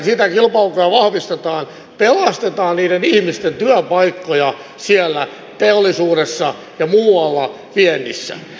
sitä kilpailukykyä vahvistetaan pelastetaan niiden ihmisten työpaikkoja siellä teollisuudessa ja muualla viennissä